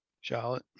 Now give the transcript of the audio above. Charlotte